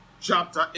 chapter